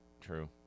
True